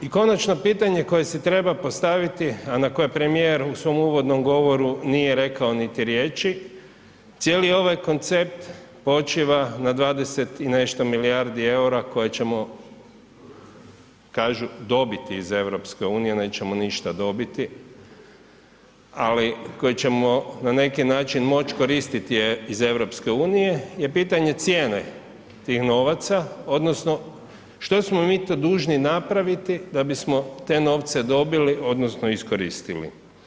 I konačno pitanje koje si treba postaviti a na koje premije u svom uvodnom govoru nije rekao niti riječi, cijeli ovaj koncept počiva na 20 i nešto milijardi eura koje ćemo kažu dobiti iz EU-a, nećemo ništa dobiti ali koje ćemo na neki način moći koristiti iz EU-a je pitanje cijene tih novaca odnosno što smo mi to dužni napraviti da bismo te novce dobili odnosno iskoristili?